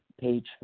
page